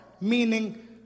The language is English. meaning